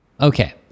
Okay